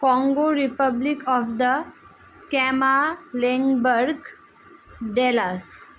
Congo republic of the স্ক্যামা Dallas